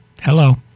Hello